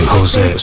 Jose